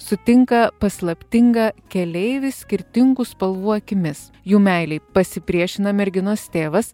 sutinka paslaptingą keleivį skirtingų spalvų akimis jų meilei pasipriešina merginos tėvas